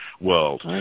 world